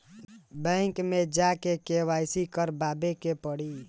Bank मे जा के के.वाइ.सी करबाबे के पड़ी?